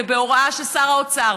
ובהוראה של שר האוצר,